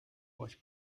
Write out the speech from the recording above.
euch